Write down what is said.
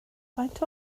faint